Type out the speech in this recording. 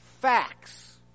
facts